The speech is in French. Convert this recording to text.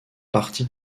partie